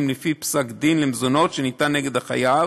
לפי פסק דין למזונות שניתן נגד החייב,